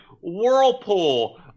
Whirlpool